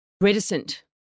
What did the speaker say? reticent